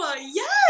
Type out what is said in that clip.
Yes